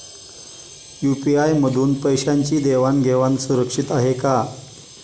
UPI मधून पैशांची देवाण घेवाण सुरक्षित आहे का?